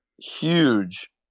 huge